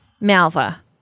Malva